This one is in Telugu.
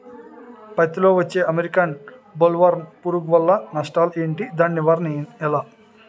పత్తి లో వచ్చే అమెరికన్ బోల్వర్మ్ పురుగు వల్ల నష్టాలు ఏంటి? దాని నివారణ ఎలా?